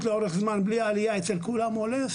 לאורך זמן בלי עלייה במגזרים ואצל כולם עולה,